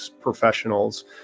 professionals